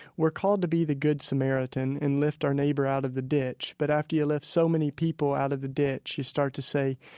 we're called to be the good samaritan and lift our neighbor out of the ditch. but after you lift so many people out of the ditch, you start to say,